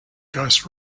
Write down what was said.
ghost